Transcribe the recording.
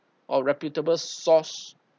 or reputable source